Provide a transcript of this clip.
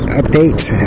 updates